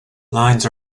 lines